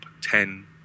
ten